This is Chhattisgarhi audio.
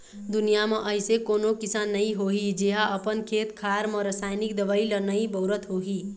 दुनिया म अइसे कोनो किसान नइ होही जेहा अपन खेत खार म रसाइनिक दवई ल नइ बउरत होही